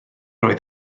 oedd